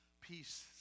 peace